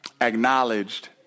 acknowledged